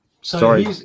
sorry